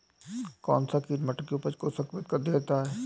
कौन सा कीट मटर की उपज को संक्रमित कर देता है?